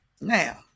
Now